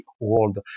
world